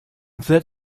that